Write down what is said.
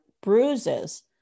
bruises